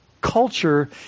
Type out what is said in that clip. culture